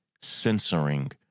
censoring